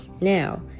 now